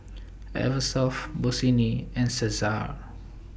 Eversoft Bossini and Cesar